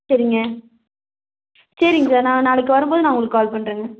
சரிங்க சரிங்க சார் நான் நாளைக்கு வரும்போது நான் உங்களுக்கு கால் பண்ணுறேங்க